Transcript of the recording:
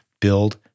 Build